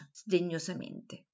sdegnosamente